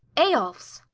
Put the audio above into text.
eyolf's